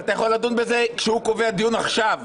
אבל אתה יכול לדון בזה כשהוא קובע דיון עכשיו.